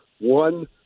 one